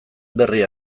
berri